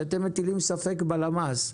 שאתם מטילים ספק בלמ"ס,